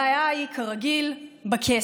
הבעיה היא כרגיל בכסף.